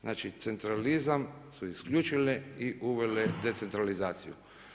Znači centralizam su isključile i uvele decentralizaciju.